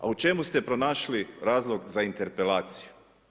A u čemu ste pronašli razloga za interpelaciju?